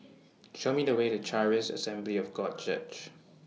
Show Me The Way to Charis Assembly of God Church